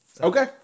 Okay